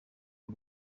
w’u